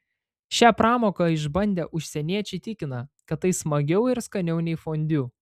šią pramogą išbandę užsieniečiai tikina kad tai smagiau ir skaniau nei fondiu